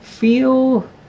Feel